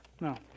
No